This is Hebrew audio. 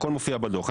הכול מופיע בדוח.